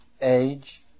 age